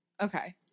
okay